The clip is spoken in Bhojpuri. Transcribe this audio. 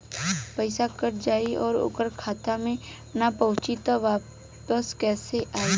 पईसा कट जाई और ओकर खाता मे ना पहुंची त वापस कैसे आई?